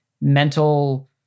mental